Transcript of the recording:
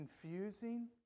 confusing